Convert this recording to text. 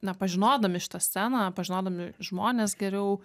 na pažinodami šitą sceną pažinodami žmones geriau